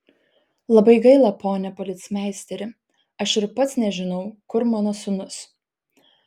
labai gaila pone policmeisteri aš ir pats nežinau kur mano sūnus